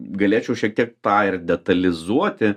galėčiau šiek tiek tą ir detalizuoti